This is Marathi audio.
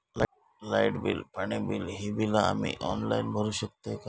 लाईट बिल, पाणी बिल, ही बिला आम्ही ऑनलाइन भरू शकतय का?